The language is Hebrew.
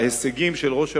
וההישגים של ראש הממשלה,